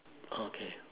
okay